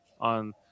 on